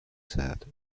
said